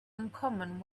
uncommon